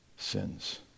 sins